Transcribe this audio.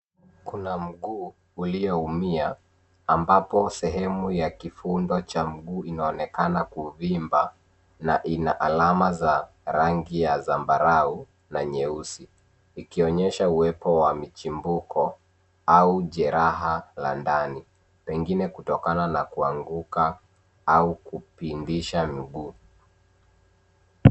Kuna mguu uliyoumia ambapo sehemu ya kifundwa cha mguu inaonekana kuvimba na ina alama za rangi ya zambarau na nyeusi ikionyesha uwepo wa michimbuko au jeraha la ndani pengine kutokana na kuanguka au kupindisha mguu.